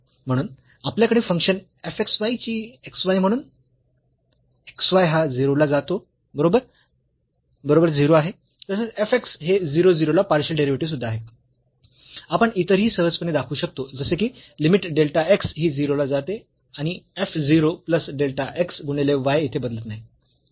म्हणून आपल्याकडे function f x y ची x y म्हणून x y हा 0 ला जातो बरोबर 0 आहे तसेच f x चे 0 0 ला पार्शियल डेरिव्हेटिव्ह सुध्दा आहे आपण इतर ही सहजपणे दाखवू शकतो जसे की लिमिट डेल्टा x ही 0 ला जाते आणि f 0 प्लस डेल्टा x गुणिले y येथे बदलत नाही